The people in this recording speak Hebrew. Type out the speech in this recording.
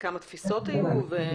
כמה תפיסות היו?